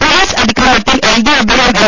police അതിക്രമത്തിൽ Eldho Abraham M